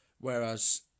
Whereas